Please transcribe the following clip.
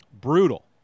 brutal